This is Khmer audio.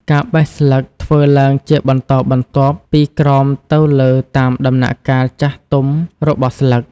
ការបេះស្លឹកធ្វើឡើងជាបន្តបន្ទាប់ពីក្រោមទៅលើតាមដំណាក់កាលចាស់ទុំរបស់ស្លឹក។